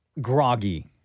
groggy